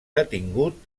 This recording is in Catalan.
detingut